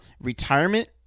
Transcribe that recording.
retirement